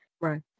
Right